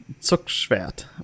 Zuckschwert